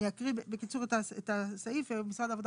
אני אקריא בקיצור את הסעיף ומשרד העבודה